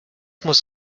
muss